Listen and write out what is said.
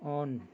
on